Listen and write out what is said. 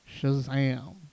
Shazam